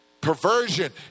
Perversion